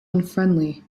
unfriendly